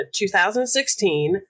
2016